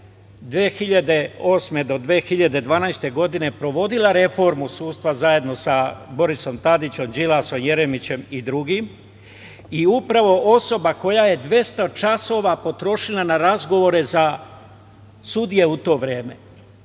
2008. do 2012. godine sprovodila reformu sudstva zajedno sa Borisom Tadićem, Đilasom, Jeremićem, i drugima, i upravo osoba koja je 200 časova potrošila na razgovore za sudije u to vreme.